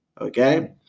okay